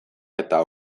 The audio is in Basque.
eta